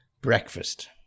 Breakfast